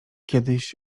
kiedyś